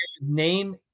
name